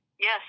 Yes